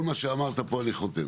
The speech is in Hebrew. כל מה שאמרת פה אני חותם.